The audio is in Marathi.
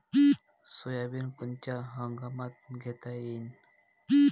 सोयाबिन कोनच्या हंगामात घेता येईन?